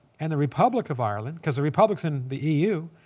and the republic of ireland because the republics in the eu.